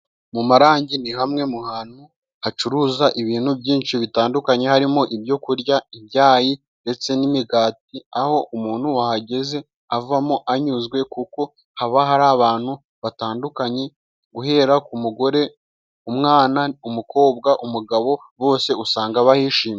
Mu marangi ni hamwe mu hantu hacuruza ibintu byinshi bitandukanye, harimo ibyo kurya, ibyayi ndetse n'imigati, aho umuntu wahageze avamo anyuzwe, kuko haba hari abantu batandukanye guhera ku mugore, umwana, umukobwa, umugabo, bose usanga bahishimiye.